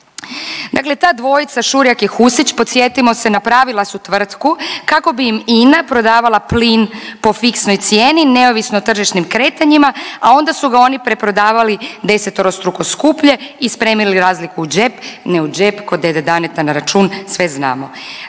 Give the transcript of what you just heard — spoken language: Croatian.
Dakle ta dvojica Šurjak i Husić podsjetimo se napravila su tvrtku kako bi im INA prodavala plin po fiksnoj cijeni neovisno o tržišnim kretanjima, a onda su ga oni preprodavali desetorostruko skuplje i spremili razliku u džep. Ne u džep, kod dede Daneta na račun, sve znamo.